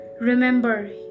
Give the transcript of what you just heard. Remember